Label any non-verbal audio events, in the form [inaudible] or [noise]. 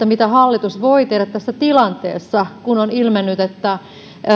[unintelligible] mitä hallitus voi tehdä tässä tilanteessa kun on ilmennyt että